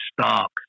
Stark